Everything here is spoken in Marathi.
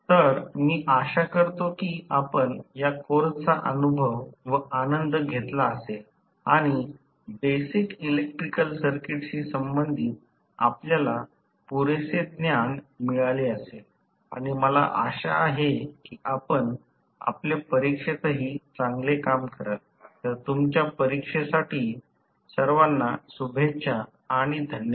तर मी आशा करतो की आपण या कोर्सचा अनुभव व आनंद घेतला असेल आणि बेसिक इलेक्ट्रिकल सर्किटशी संबंधित आपल्याला पुरेसे ज्ञान मिळाले असेल आणि मला आशा आहे की आपण आपल्या परीक्षेतही चांगले काम कराल तर तुमच्या परीक्षेसाठी सर्वांना शुभेच्छा आणि धन्यवाद